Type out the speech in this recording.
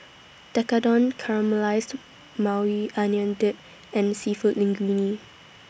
Tekkadon Caramelized Maui Onion Dip and Seafood Linguine